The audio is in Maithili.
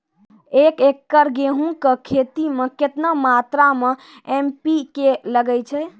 एक एकरऽ गेहूँ के खेती मे केतना मात्रा मे एन.पी.के लगे छै?